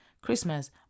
Christmas